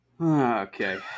Okay